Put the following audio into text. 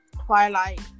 Twilight